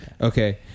Okay